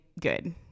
good